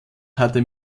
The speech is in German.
hatte